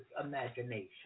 imagination